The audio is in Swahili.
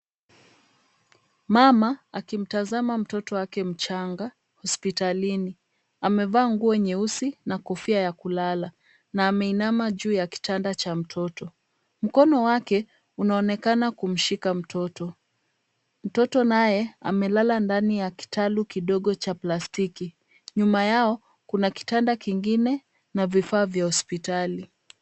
Mama akimtazama mtoto wake mchanga hospitalini. Amevaa nguo nyeusi na kofia ya kulala na ameinama juu ya kitanda cha mtoto. Mkono wake unaonekana kumshika mtoto. Mtoto naye amelala ndani ya kitalu kidogo cha plastiki. Nyuma yao, kuna kitanda kingine na vifaa vya hospitali.